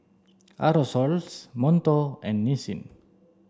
Aerosoles Monto and Nissin